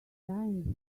dying